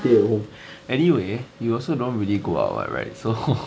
stay at home anyway you also don't really go out [what] right so